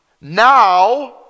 now